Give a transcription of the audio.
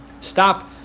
stop